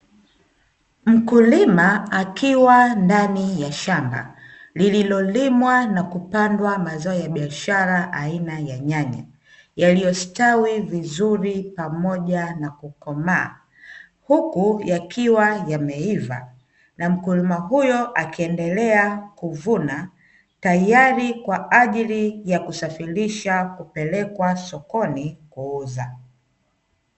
Mkulima akiwa ndani ya shamba lililolimwa na kupandwa mazao ya biashara aina ya nyanya yaliyo stawi vizuri pamoja na kukomaa, huku yakiwa yameiva na mkulima huyo akiendelea kuvuna tayari kwa ajili ya kusafirisha kupelekwa sokoni kuuza.